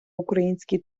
український